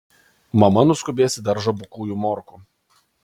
mama nuskubės į daržą bukųjų morkų